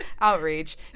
outreach